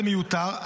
זה מיותר.